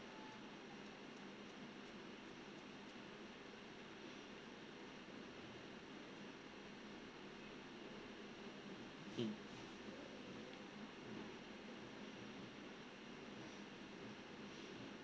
mm